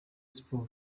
sport